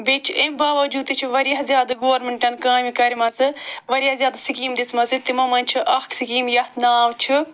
بیٚیہِ چھِ اَمہِ باوجوٗد تہِ چھ واریاہ زیادٕ گورمنٹَن کامہِ کَرمَژٕ واریاہ زیادٕ سکیٖمہِ دِژمَژٕ تِمو مَنٛز چھِ اکھ سکیٖم یتھ ناو چھُ